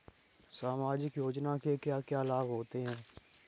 सामाजिक योजना से क्या क्या लाभ होते हैं?